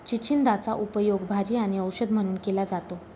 चिचिंदाचा उपयोग भाजी आणि औषध म्हणून केला जातो